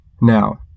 Now